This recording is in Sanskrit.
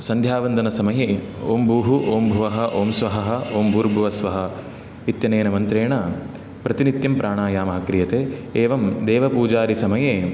सन्ध्यावन्दनसमये ओं भूः ओं भुवः ओं स्वहः ओं भूर्भुवस्वहः इत्यनेन मन्त्रेण प्रतिनित्यं प्राणायामः क्रियते एवं देवपूजादि समये